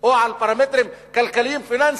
או על פרמטרים כלכליים-פיננסיים.